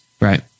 Right